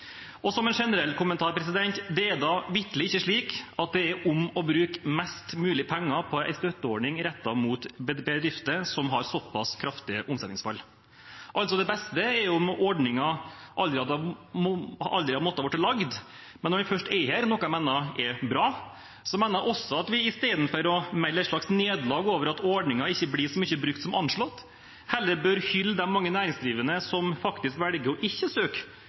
slik at det er om å gjøre å bruke mest mulig penger på en støtteordning rettet mot bedrifter som har såpass kraftig omsetningsfall. Det beste er om ordningen aldri hadde måttet bli lagd, men når den først er her – noe jeg mener er bra – mener jeg også at vi i stedet for å melde et slags nederlag over at ordningen ikke blir så mye brukt som anslått, heller bør hylle de mange næringsdrivende som faktisk velger ikke å søke,